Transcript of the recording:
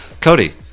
Cody